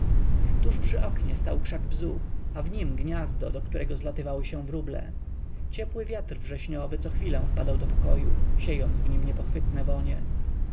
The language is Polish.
tuż przy oknie stał krzak bzu a w nim gniazdo do którego zlatywały się wróble ciepły wiatr wrześniowy cochwilę wpadał do pokoju siejąc w nim niepochwytne wonie